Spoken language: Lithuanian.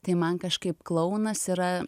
tai man kažkaip klounas yra